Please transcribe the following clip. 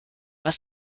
was